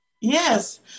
Yes